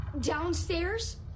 Downstairs